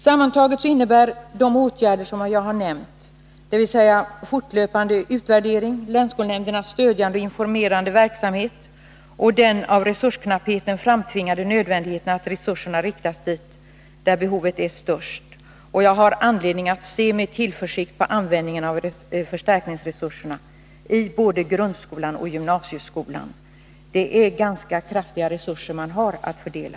Sammantaget innebär de åtgärder som jag har nämnt — dvs. fortlöpande utvärdering, länsskolnämndernas stödjande och informerande verksamhet samt den av resursknappheten framtvingande nödvändigheten av att resurserna riktas dit, där behovet är störst — att jag har anledning att se med tillförsikt på användningen av förstärkningsresurserna i både grundskolan och gymnasieskolan. Det är ganska kraftiga resurser man har att fördela.